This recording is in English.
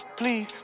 please